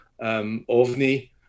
Ovni